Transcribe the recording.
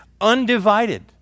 undivided